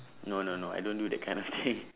no no no I don't do that kind of thing